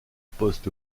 poste